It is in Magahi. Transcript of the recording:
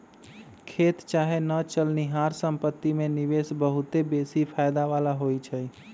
खेत चाहे न चलनिहार संपत्ति में निवेश बहुते बेशी फयदा बला होइ छइ